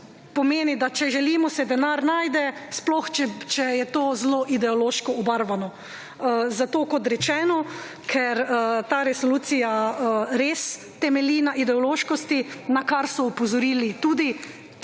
pomeni, da če želimo se denar najde, sploh če je to zelo ideološko obarvano. Zato kot rečeno, ker ta resolucija res temelji na ideološkosti, na kar so opozorili tudi vsi